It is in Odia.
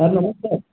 ସାର୍ ନମସ୍କାର୍